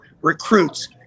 recruits